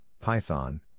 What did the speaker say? Python